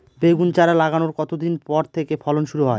বেগুন চারা লাগানোর কতদিন পর থেকে ফলন শুরু হয়?